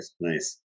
nice